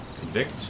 convict